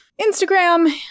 Instagram